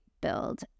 build